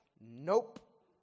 nope